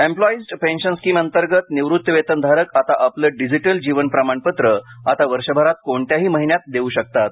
employees pension scheme अंतर्गत निवृत्ती वेतनधारक आता आपलं डिजिटल जीवन प्रमाणपत्र आता वर्षभरात कोणत्याही महिन्यात देवू शकतात